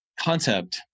concept